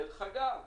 דרך אגב,